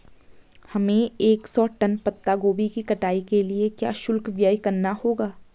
हमें एक सौ टन पत्ता गोभी की कटाई के लिए क्या शुल्क व्यय करना होगा?